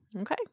Okay